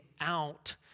out